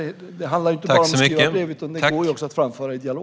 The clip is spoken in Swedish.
Det handlar inte bara om att skriva brev, utan det går också att framföra i dialog.